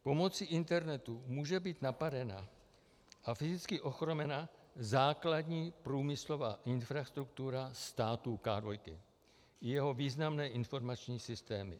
Pomocí internetu může být napadena a fyzicky ochromena základní průmyslová infrastruktura státu ká dvojky, jeho významné informační systémy.